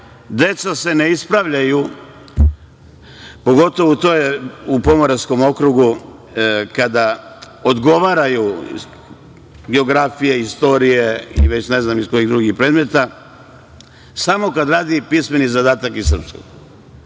deca se ne ispravljaju, pogotovo to je u Pomoravskom okrugu, kada odgovaraju geografiju, istoriju, već ne znam iz kojih drugih predmeta, samo kada radi pismeni zadatak iz srpskog.